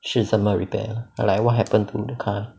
是怎么 repair or like what happened to the car